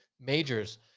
majors